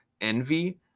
envy